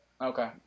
okay